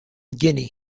guinea